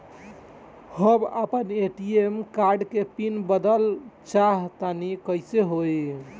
हम आपन ATM card के पीन बदलल चाहऽ तनि कइसे होई?